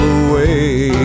away